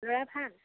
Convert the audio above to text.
ল'ৰা ভাল